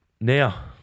Now